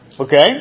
Okay